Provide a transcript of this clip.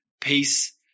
peace